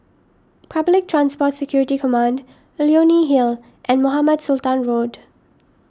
Public Transport Security Command Leonie Hill and Mohamed Sultan Road